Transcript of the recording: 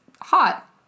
hot